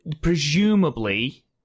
presumably